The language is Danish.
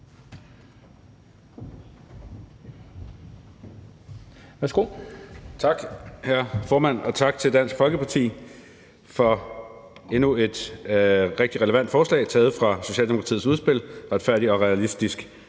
Tak, hr. formand, og tak til Dansk Folkeparti for endnu et rigtig relevant forslag taget fra Socialdemokratiets udspil »Retfærdig og realistisk